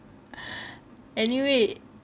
anyway